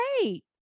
great